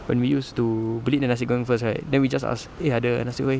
when we used to beli the nasi goreng first right then we just ask eh ada nasi kway